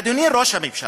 אדוני ראש הממשלה,